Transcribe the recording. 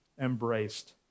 embraced